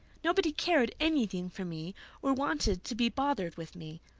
nobody cared anything for me or wanted to be bothered with me.